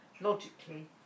logically